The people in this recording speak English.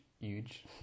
huge